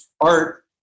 art